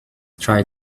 tried